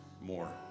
more